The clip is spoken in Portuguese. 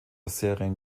serem